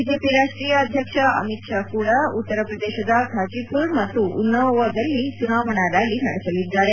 BJP ರಾಷ್ಟೀಯ ಅಧ್ಯಕ್ಷ ಅಮಿತ್ ಶಾ ಕೂಡ ಉತ್ತರ ಪ್ರದೇಶದ ಘಾಜಿಪುರ್ ಮತ್ತು ಉನ್ನಾವೊದಲ್ಲಿ ಚುನಾವಣಾ ರ್ಯಾಲಿ ನಡೆಸಲಿದ್ದಾರೆ